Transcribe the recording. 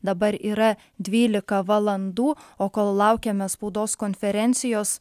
dabar yra dvylika valandų o kol laukiame spaudos konferencijos